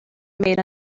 made